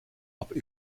aber